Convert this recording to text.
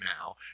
now